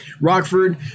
Rockford